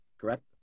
correct